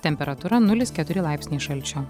temperatūra nulis keturi laipsniai šalčio